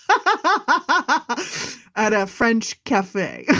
but at a french cafe.